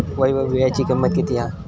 वैभव वीळ्याची किंमत किती हा?